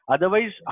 Otherwise